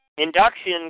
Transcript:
Induction